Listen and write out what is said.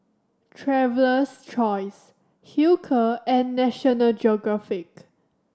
Traveler's Choice Hilker and National Geographic